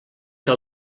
que